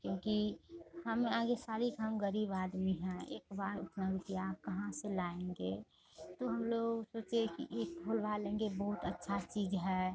क्योंकि हम आगे सारी हम गरीब आदमी हैं एक बार उतना रुपिया कहाँ से लाएँगे तो हम लोग सोचे कि ये खुलवा लेंगे बहुत अच्छा चीज है